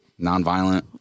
Nonviolent